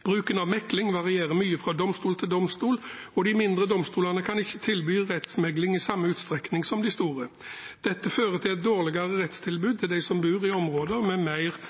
Bruken av mekling varierer mye fra domstol til domstol, og de mindre domstolene kan ikke tilby rettsmekling i samme utstrekning som de større. Dette fører til et dårligere rettstilbud til dem som bor i områder med mer